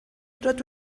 rydw